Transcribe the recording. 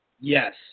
Yes